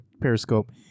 Periscope